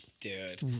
Dude